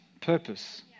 purpose